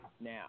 now